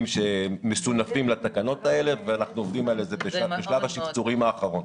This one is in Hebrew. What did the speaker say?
שמסונפים לתקנות האלה ואנחנו בשלב השפצורים האחרון.